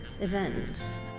events